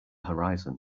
horizon